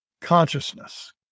consciousness